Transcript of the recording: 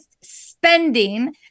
spending